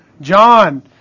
John